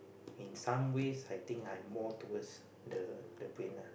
in some ways I think I'm more towards the the brain uh